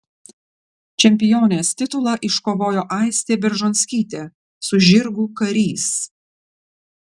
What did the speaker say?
čempionės titulą iškovojo aistė beržonskytė su žirgu karys